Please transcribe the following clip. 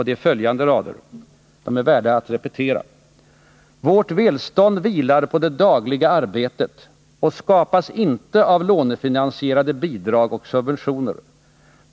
Därför är de värda att repeteras: ”Vårt välstånd vilar på det dagliga arbetet och skapas inte av lånefinansierade bidrag och subventioner.